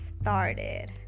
started